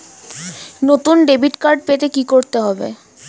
নতুন debit card পেতে কী করতে হবে?